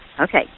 Okay